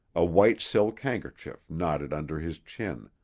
a white silk handkerchief knotted under his chin,